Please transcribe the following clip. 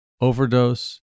overdose